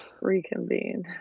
Reconvene